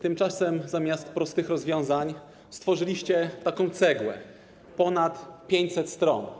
Tymczasem zamiast prostych rozwiązań stworzyliście taką cegłę, ponad 500 stron.